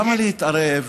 למה להתערב,